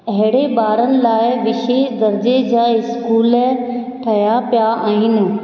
अहिड़े ॿारनि लाइ विशे दर्जे जा स्कूल ठहिया पिया आहिनि